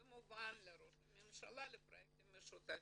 ומובן, לראש הממשלה, לפרויקטים משותפים.